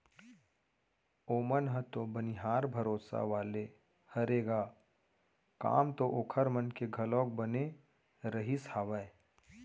ओमन ह तो बनिहार भरोसा वाले हरे ग काम तो ओखर मन के घलोक बने रहिस हावय